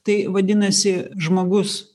tai vadinasi žmogus